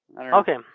Okay